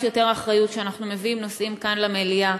יותר אחריות כשאנחנו מביאים נושאים כאן למליאה.